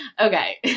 Okay